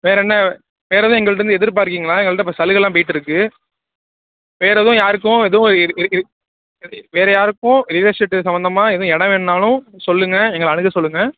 வேறு என்ன வேறு எதுவும் எங்கள்கிட்டேருந்து எதிர்பார்க்கிறீங்களா எங்கள்கிட்ட இப்போ சலுகைலாம் போய்கிட்டு இருக்குது வேறு எதுவும் யாருக்கும் எதுவும் வேறு யாருக்கும் ரியல் எஸ்டேட்டு சம்பந்தமா எதுவும் இடம் வேணுன்னாலும் சொல்லுங்கள் எங்களை அணுக சொல்லுங்கள்